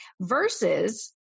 versus